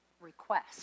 request